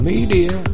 Media